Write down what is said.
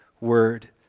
word